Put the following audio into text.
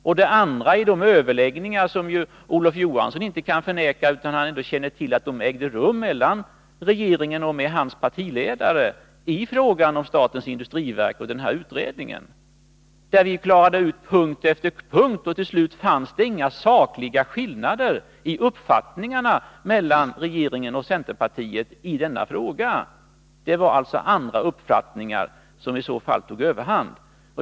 Det andra jag tog upp var de överläggningar som Olof Johansson inte kan förneka att han känner till ägde rum mellan regeringen och hans partiledare i fråga om statens industriverk och den här utredningen. Vi klarade därvid ut punkt efter punkt, och till slut fanns det inga sakliga skillnader i uppfattningarna mellan regeringen och centerpartiet i denna fråga. Andra uppfattningar har i så fall tagit överhand.